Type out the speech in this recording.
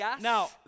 now